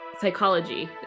psychology